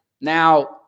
Now